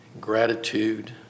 gratitude